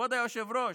כבוד היושב-ראש,